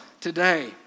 today